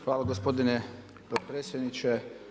Hvala gospodine potpredsjedniče.